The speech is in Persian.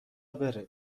بره